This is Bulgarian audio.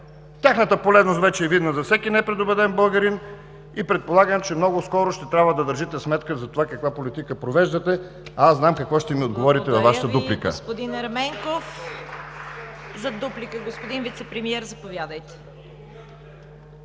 Тяхната полезност вече е видна за всеки непредубеден българин и предполагам, че много скоро ще трябва да държите сметка за това, каква политика провеждате, а аз знам какво ще ми отговорите във Вашата дуплика.